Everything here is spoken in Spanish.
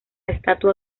estatua